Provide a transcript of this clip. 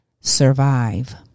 survive